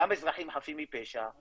גם אזרחים חפים מפשע,